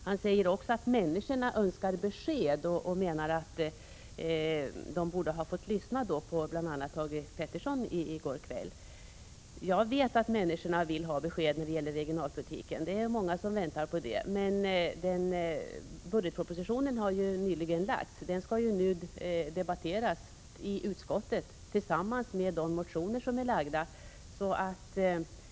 Han sade också att människorna önskar besked och menade därmed att de borde ha fått lyssna till bl.a. Thage Peterson i går kväll. Jag vet att människorna vill ha besked när det gäller regionalpolitiken. Det är många som väntar på besked. Budgetpropositionen har emellertid nyligen lagts fram och den skall nu behandlas i utskottet tillsammans med de motioner som har väckts.